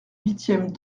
huitième